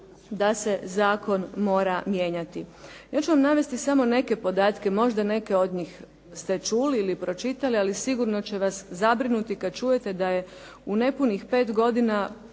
da se zakon mora mijenjati. Ja ću vam navesti samo neke podatke. Možda neke od njih ste čuli ili pročitali, ali sigurno će vas zabrinuti kad čujete da je u nepunih pet godina